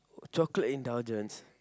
chocolate indulgence